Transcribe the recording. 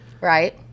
Right